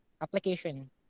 application